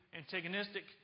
antagonistic